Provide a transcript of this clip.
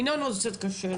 לינון קצת קשה.